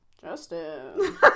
Justin